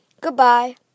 Goodbye